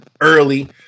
early